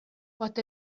pot